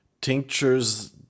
tinctures